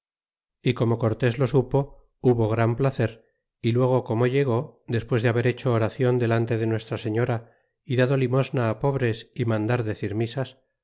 y como cortés lo supo hubo gran placer y luego como llegó despues de haber hecho oracion delante de nuestra señora y dado limosna pobres y mandar decir misas